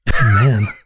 Man